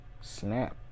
snap